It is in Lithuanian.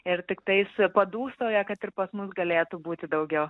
ir tiktais padūsauja kad ir pas mus galėtų būti daugiau